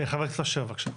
חבר הכנסת אשר, בבקשה.